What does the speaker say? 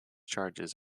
charges